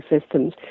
systems